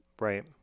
Right